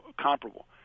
comparable